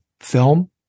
film